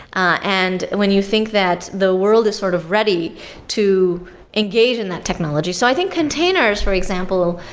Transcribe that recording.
and when you think that the world is sort of ready to engage in that technology. so i think containers, for example,